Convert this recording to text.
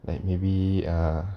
like maybe uh